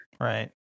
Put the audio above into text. Right